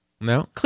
No